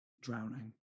drowning